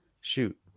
Shoot